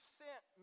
sent